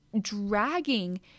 dragging